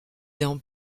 dans